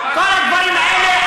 כל הדברים האלה,